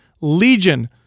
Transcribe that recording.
Legion